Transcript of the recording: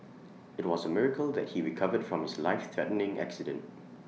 IT was miracle that he recovered from his lifethreatening accident